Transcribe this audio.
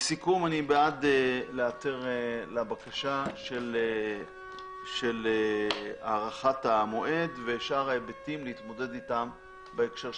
בעד להיעתר לבקשה של הארכת המועד ולהתמודד עם שאר ההיבטים בשלב החקיקה.